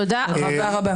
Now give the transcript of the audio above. תודה רבה.